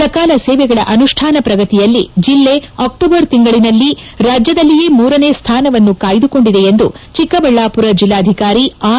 ಸಕಾಲ ಸೇವೆಗಳ ಅನುಷ್ಠಾನ ಪ್ರಗತಿಯಲ್ಲಿ ಜಲ್ಲೆ ಅಕ್ಟೋಬರ್ ತಿಂಗಳನಲ್ಲಿ ರಾಜ್ಯದಲ್ಲಿಯೇ ಮೂರನೇ ಸ್ಥಾನವನ್ನು ಕಾಯ್ದುಕೊಂಡಿದೆ ಎಂದು ಚಿಕ್ಕಬಳ್ಲಾಪುರ ಜೆಲ್ಲಾಧಿಕಾರಿ ಆರ್